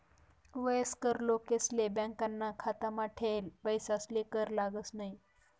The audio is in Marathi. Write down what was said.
वयस्कर लोकेसले बॅकाना खातामा ठेयेल पैसासले कर लागस न्हयी